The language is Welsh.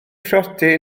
priodi